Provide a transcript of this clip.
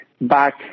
back